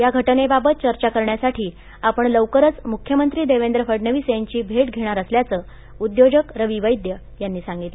या घटनेबाबत चर्चा करण्यासाठी आपण लवकरच मुख्यमंत्री देवेंद्र फडणवीस यांची भेट घेणार असल्याचं उद्योजक रवी वद्यायांनी सांगितलं